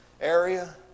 area